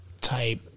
type